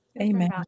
Amen